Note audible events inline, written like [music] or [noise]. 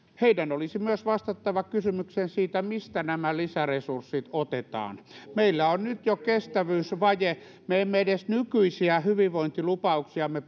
olisi myös vastattava kysymykseen siitä mistä nämä lisäresurssit otetaan meillä on nyt jo kestävyysvaje me emme edes nykyisiä hyvinvointilupauksiamme [unintelligible]